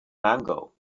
mango